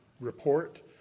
report